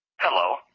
Hello